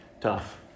tough